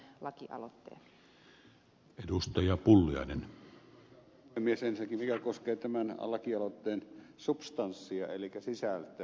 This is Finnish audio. ensinnäkin se mikä koskee tämän lakialoitteen substanssia elikkä sisältöä